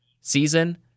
season